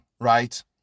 right